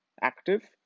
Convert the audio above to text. active